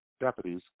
deputies